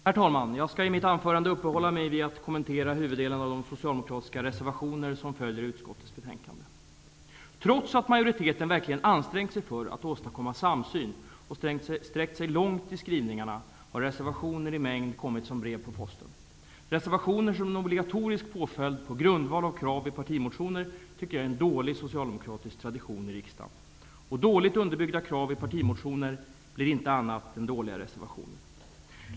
Herr talman! Jag skall i mitt anförande kommentera huvuddelen av de socialdemokratiska reservationer som följer utskottets betänkande. Trots att majoriteten verkligen ansträngt sig för att åstadkomma samsyn och sträckt sig långt i skrivningarna har reservationer i mängd kommit som brev på posten. Jag tycker att reservationer som en obligatorisk påföljd på grundval av krav i partimotioner är en dålig socialdemokratisk tradition i riksdagen. Dåligt underbyggda krav i partimotioner blir inget annat än dåliga reservationer.